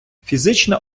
фізична